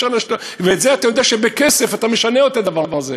ואתה יודע שבכסף אתה משנה את הדבר הזה,